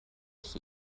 ich